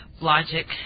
logic